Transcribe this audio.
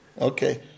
Okay